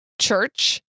church